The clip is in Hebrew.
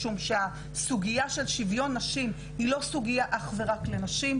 משום שהסוגיה של שיוויון נשים היא לא סוגייה אך ורק לנשים,